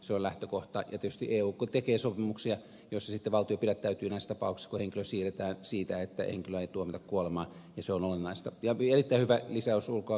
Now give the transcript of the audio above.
se on lähtökohta ja tietysti eu tekee sopimuksia joissa sitten valtio pidättäytyy näissä tapauksissa kun henkilö siirretään siitä syystä että henkilöä ei tuomita kuolemaan ja se on olennaista